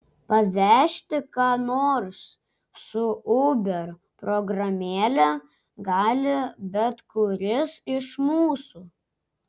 pavežti ką nors su uber programėle gali bet kuris iš mūsų